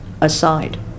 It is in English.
aside